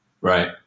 Right